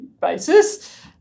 basis